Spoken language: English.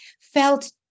felt